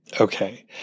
Okay